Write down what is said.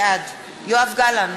בעד יואב גלנט,